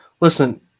Listen